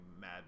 mad